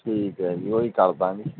ਠੀਕ ਹੈ ਜੀ ਉਹੀ ਕਰ ਦਾਂਗੇ